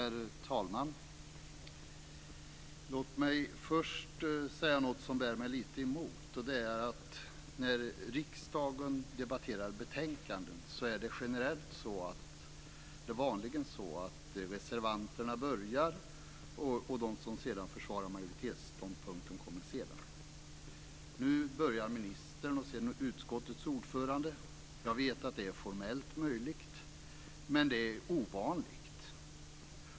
Herr talman! Låt mig först säga något som bär mig lite emot. Det är att när riksdagen debatterar betänkanden är det vanligen så att det är reservanterna som börjar och de som försvarar majoritetsståndpunkten kommer senare. Nu började ministern och sedan utskottets ordförande. Jag vet att det är formellt möjligt, men det är ovanligt.